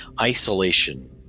isolation